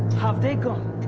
have they gone?